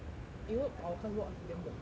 you know our class bought uh helium balloons